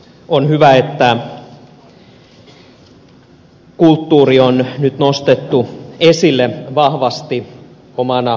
on hyvä että kulttuuri on nyt nostettu esille vahvasti omana selontekona